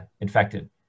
infected